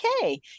okay